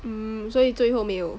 hmm 所以最后没有